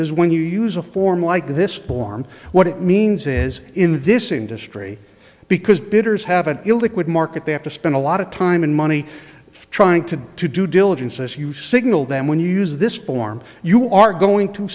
is when you use a form like this form what it means is in this industry because bidders have an illiquid market they have to spend a lot of time and money trying to to do diligence as you signal them when you use this form you are going to